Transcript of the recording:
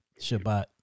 Shabbat